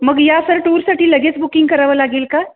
मग या सर टूरसाठी लगेच बुकिंग करावं लागेल का